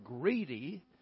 greedy